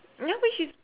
ya which is